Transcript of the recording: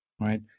right